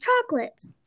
chocolates